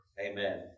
Amen